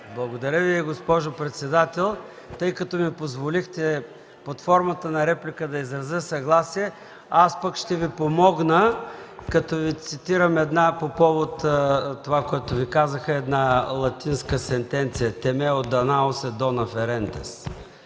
Благодаря Ви, госпожо председател. Тъй като ми позволихте под формата на реплика да изразя съгласие, аз пък ще Ви помогна, като Ви цитирам по повод на това, което Ви казаха, една латинска сентенция: „Timeo Danaos et